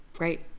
great